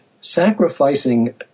sacrificing